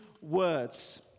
words